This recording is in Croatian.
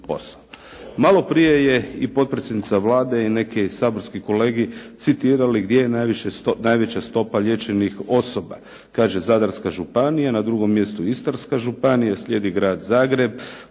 Maloprije je i potpredsjednica Vlade i neke saborske kolege citirali gdje je najveća stopa liječenih osoba. Kaže: "Zadarska županija, na drugom mjestu Istarska županija, slijedi Grad Zagreb